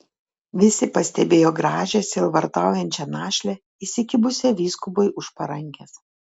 visi pastebėjo gražią sielvartaujančią našlę įsikibusią vyskupui už parankės